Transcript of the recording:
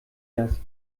das